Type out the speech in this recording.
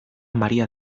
maria